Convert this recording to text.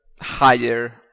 higher